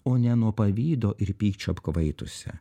o ne nuo pavydo ir pykčio apkvaitusia